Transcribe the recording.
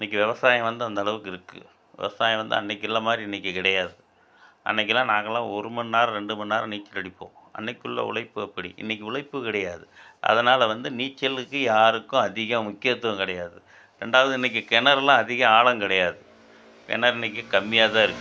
இன்றைக்கி விவசாயம் வந்து அந்தளவுக்கு இருக்குது விவசாயம் வந்து அன்றைக்குள்ள மாதிரி இன்றைக்கி கிடையாது அன்றைக்கிலாம் நாங்களெலாம் ஒரு மணிநேரம் ரெண்டு மணி நேரம் நீச்சல் அடிப்போம் அன்றைக்குள்ள உழைப்பு அப்படி இன்றைக்கி உழைப்பு கிடையாது அதனால் வந்து நீச்சலுக்கு யாருக்கும் அதிகம் முக்கியத்துவம் கிடையாது ரெண்டாவது இன்றைக்கி கிணறுலாம் அதிகம் ஆழம் கிடையாது கிணறு இன்றைக்கி கம்மியாக தான் இருக்குது